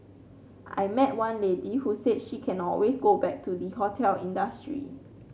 I met one lady who said she can always go back to the hotel industry